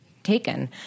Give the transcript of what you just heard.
Taken